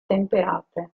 temperate